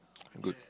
good